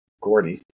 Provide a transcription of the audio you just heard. Gordy